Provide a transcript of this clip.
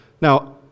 Now